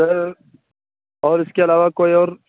سر اور اس کے علاوہ کوئی اور